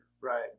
Right